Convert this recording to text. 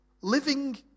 living